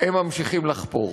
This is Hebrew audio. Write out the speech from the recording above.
הם ממשיכים לחפור.